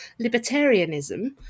libertarianism